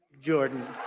Jordan